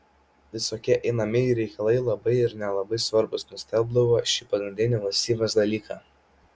visokie einamieji reikalai labai ir nelabai svarbūs nustelbdavo šį pagrindinį valstybės dalyką